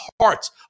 hearts